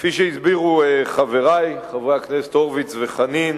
כפי שהסבירו חברי חברי הכנסת הורוביץ וחנין,